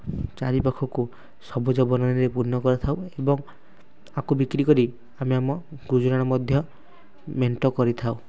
ଚାରିପାଖକୁ ସବୁଜ ବର୍ଣ୍ଣରେ ପୂର୍ଣ୍ଣ କରିଥାଉ ଏବଂ ଆକୁ ବିକ୍ରି କରି ଆମେ ଆମ ଗୁଜୁରାଣ ମଧ୍ୟ ମେଣ୍ଟ କରିଥାଉ